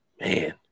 Man